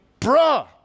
bruh